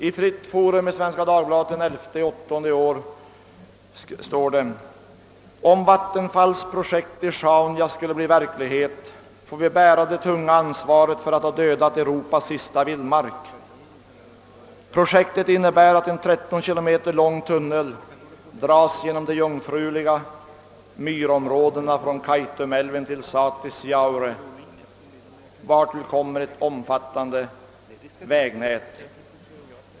I Fritt forum i Svenska Dagbladet den 11 augusti i år står: »Om Vattenfalls projekt i Sjaunja skulle bli verklighet får vi bära det tunga ansvaret för att ha dödat Europas sista vildmark. ——— Projektet innebär att en 13 km lång tunnel dras genom de jungfruliga myrområdena från Kaitumälven till Satisjaure vartill kommer ett omfattande vägnät.